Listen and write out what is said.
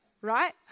Right